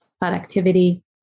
productivity